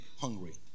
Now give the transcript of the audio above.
hungry